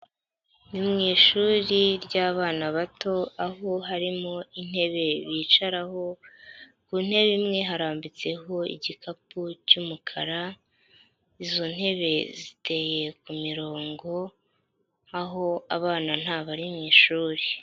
Ni mu ishuri ry'abana bato aho harimo intebe bicaraho, ku ntebe imwe harambitseho igikapu cy'umukara, izo ntebe ziteye ku mirongo, aho abana nta bari mu ishuri.